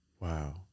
Wow